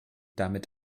damit